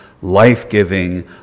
life-giving